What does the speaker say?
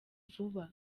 vuba